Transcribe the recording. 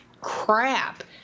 crap